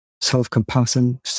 Self-compassion